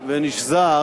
ונשזר